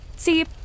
See